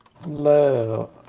Hello